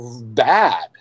bad